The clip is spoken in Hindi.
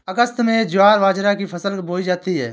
अगस्त में ज्वार बाजरा की फसल बोई जाती हैं